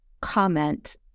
comment